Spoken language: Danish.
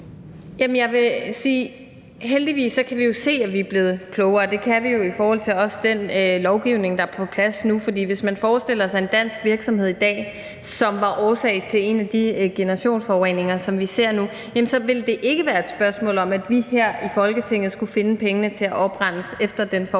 heldigvis kan se, at vi er blevet klogere, og det kan vi jo også se med den lovgivning, der er på plads nu. For hvis man forestiller sig en dansk virksomhed i dag, som var årsag til en af de generationsforureninger, vi ser nu, så ville det ikke være et spørgsmål om, at vi her i Folketinget skulle finde pengene til at oprense efter den forurening;